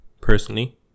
personally